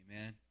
Amen